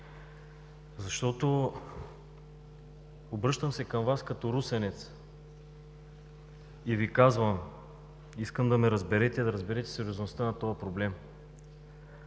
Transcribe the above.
Обръщам се към Вас като русенец и Ви казвам – искам да ме разберете и да разберете сериозността на този проблем,